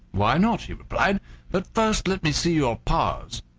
why not? he replied but first let me see your paws.